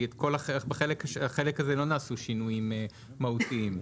כי בכל החלק הזה לא נעשו שינויים מהותיים,